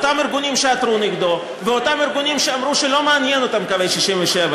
אותם ארגונים שעתרו נגדו ואותם ארגונים שאמרו שלא מעניין אותם קווי 67',